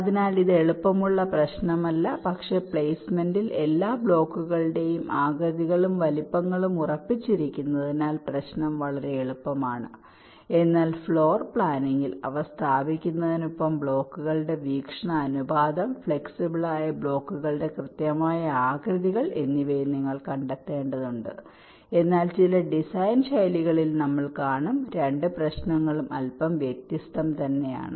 അതിനാൽ ഇത് എളുപ്പമുള്ള പ്രശ്നമല്ല പക്ഷേ പ്ലെയ്സ്മെന്റിൽ എല്ലാ ബ്ലോക്കുകളുടെയും ആകൃതികളും വലുപ്പങ്ങളും ഉറപ്പിച്ചിരിക്കുന്നതിനാൽ പ്രശ്നം വളരെ എളുപ്പമാണ് എന്നാൽ ഫ്ലോർ പ്ലാനിംഗിൽ അവ സ്ഥാപിക്കുന്നതിനൊപ്പം ബ്ലോക്കുകളുടെ വീക്ഷണ അനുപാതം ഫ്ലോക്സിബിൾ ആയ ബ്ലോക്കുകളുടെ കൃത്യമായ ആകൃതികൾ എന്നിവയും നിങ്ങൾ കണ്ടെത്തേണ്ടതുണ്ട് എന്നാൽ ചില ഡിസൈൻ ശൈലികളിൽ ഞങ്ങൾ കാണും രണ്ട് പ്രശ്നങ്ങൾ അല്ല വ്യത്യസ്തമാണ് അവ ഒന്നുതന്നെയാണ്